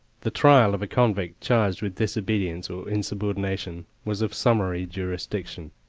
the trial of a convict charged with disobedience or insubordination was of summary jurisdiction.